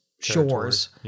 shores